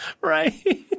right